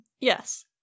Yes